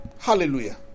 Hallelujah